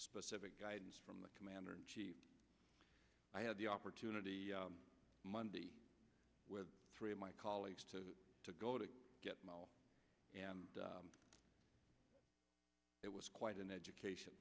specific guidance from the commander in chief i had the opportunity monday with three of my colleagues to go to get and it was quite an education